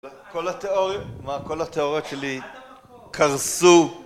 כל התיאוריות שלי קרסו